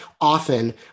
often